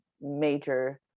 major